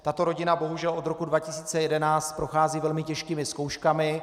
Tato rodina bohužel od roku 2011 prochází velmi těžkými zkouškami.